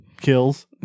Kills